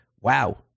wow